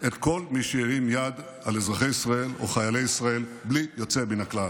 את כל מי שהרים יד על אזרחי ישראל או חיילי ישראל בלי יוצא מן הכלל.